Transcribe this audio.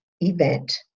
event